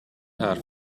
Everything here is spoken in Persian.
حرف